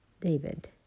David